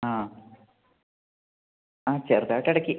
ആ ആ ചെറുതായിട്ട് ഇടയ്ക്ക്